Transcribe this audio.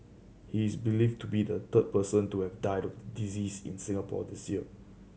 he is believed to be the third person to have died of disease in Singapore this year